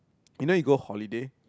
you know you go holiday